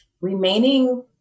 remaining